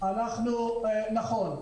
P נכון.